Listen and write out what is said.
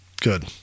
good